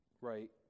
right